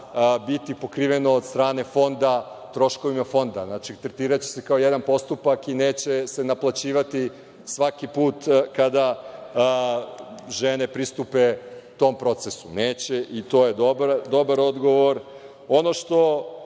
biti pokriveno od strane Fonda, troškovima Fonda? Znači, tretiraće se kao jedan postupak i neće se naplaćivati svaki put kada žene pristupe tom procesu. Neće, i to je dobar odgovor. Ono što